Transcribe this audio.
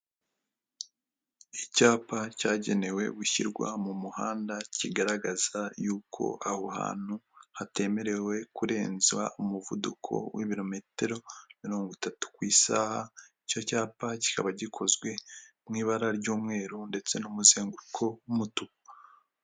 Icyapa cyagenewe gushyirwa mu muhanda, kigaragaza yuko aho hantu hatemerewe kurenza umuvuduko w'ibirometero mirongo itatu ku isaha, icyo cyapa kikaba gikozwe mu ibara ry'umweru ndetse n'umuzenguruko w'umutuku.